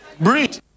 Breed